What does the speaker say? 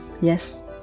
Yes